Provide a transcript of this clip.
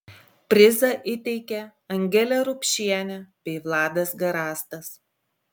prizą įteikė angelė rupšienė bei vladas garastas